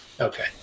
Okay